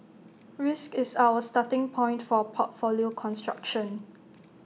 risk is our starting point for portfolio construction